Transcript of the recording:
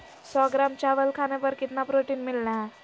सौ ग्राम चावल खाने पर कितना प्रोटीन मिलना हैय?